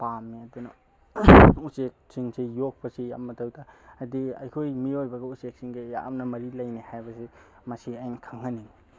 ꯄꯥꯝꯃꯦ ꯑꯗꯨꯅ ꯎꯆꯦꯛꯁꯤꯡꯁꯤ ꯌꯣꯛꯄꯁꯤ ꯌꯥꯝ ꯃꯊꯧ ꯇꯥꯏ ꯍꯥꯏꯕꯗꯤ ꯑꯩꯈꯣꯏ ꯃꯤꯑꯣꯏꯕꯒ ꯎꯆꯦꯛꯁꯤꯡꯒ ꯌꯥꯝꯅ ꯃꯔꯤ ꯂꯩꯅꯩ ꯍꯥꯏꯕꯁꯤ ꯃꯁꯤ ꯑꯩꯅ ꯈꯪꯍꯟꯅꯤꯡꯏ